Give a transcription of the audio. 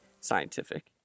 scientific